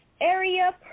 Area